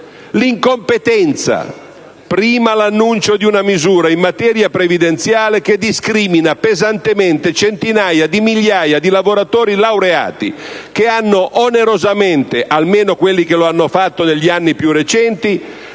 L'incompetenza: prima l'annuncio di una misura in materia previdenziale che discrimina pesantemente centinaia di migliaia di lavoratori laureati che hanno onerosamente - almeno quelli che lo hanno fatto negli anni più recenti